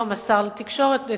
היום שר התקשורת,